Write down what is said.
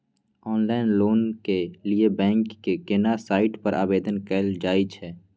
Online loan के लिए bank के केना साइट पर आवेदन कैल जाए छै?